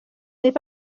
n’est